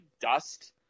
dust